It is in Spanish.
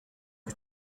que